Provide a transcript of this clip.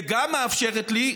וגם מאפשרת לי,